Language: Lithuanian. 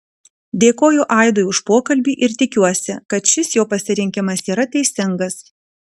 dėkoju aidui už pokalbį ir tikiuosi kad šis jo pasirinkimas yra teisingas